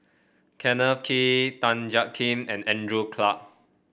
Kenneth Kee Tan Jiak Kim and Andrew Clarke